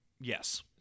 Yes